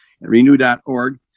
Renew.org